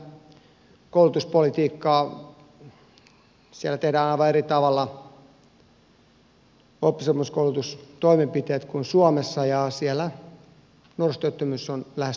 siellä tehdään aivan eri tavalla oppisopimuskoulutustoimenpiteitä kuin suomessa ja siellä nuorisotyöttömyys on lähes tuntematon käsite